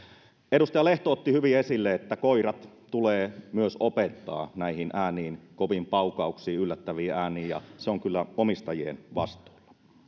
edustaja lehto otti hyvin esille että koirat tulee myös opettaa näihin ääniin koviin paukauksiin yllättäviin ääniin ja se on kyllä omistajien vastuulla